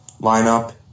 lineup